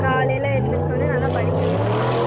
காலையில் எழுந்திரிச்சோடன்னே நல்லா படிக்க வைங்க